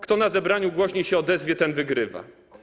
Kto na zebraniu głośniej się odezwie, ten wygrywa.